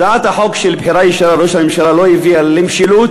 הצעת החוק לבחירה ישירה של ראש הממשלה לא הביאה למשילות,